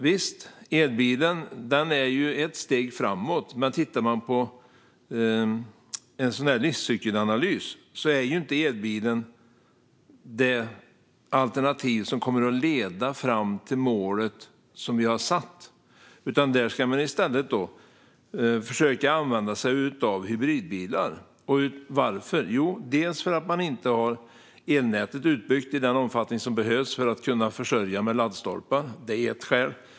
Visst, elbilen är ett steg framåt, men i en livscykelanalys är inte elbilen det alternativ som kommer att leda fram till målet. I stället ska man försöka använda sig av hybridbilar. Varför? Jo, delvis för att man inte har elnätet utbyggt i den omfattning som behövs för att kunna försörja med laddstolpar. Det är ett skäl.